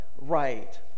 right